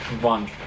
one